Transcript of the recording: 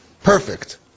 perfect